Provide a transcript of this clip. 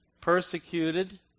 persecuted